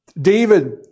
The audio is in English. David